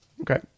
Okay